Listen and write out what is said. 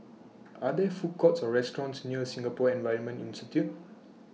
Are There Food Courts Or restaurants near Singapore Environment Institute